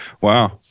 wow